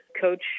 coach